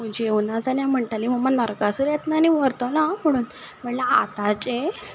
जेवना जाल्यार म्हणटाली मम्मा नरकासूर येतलो आनी व्हरतलो आ म्हणून म्हणजे आतांचे